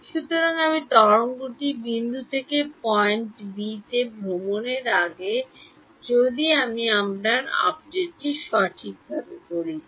সুতরাং আমি তরঙ্গটি বিন্দু থেকে পয়েন্ট বিতে ভ্রমণের আগে যখন আমি আমার আপডেটটি সঠিকভাবে করি